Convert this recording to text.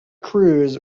cruz